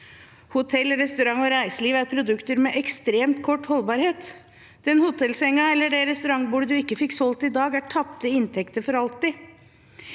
hotell, restaurant og reiseliv er det produkter med ekstremt kort holdbarhet. Den hotellsengen eller det restaurantbordet man ikke fikk solgt i dag, er tapte inntekter for alltid.